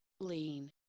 lean